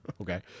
Okay